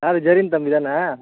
யார் ஜெரின் தம்பிதானே